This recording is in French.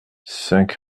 cinq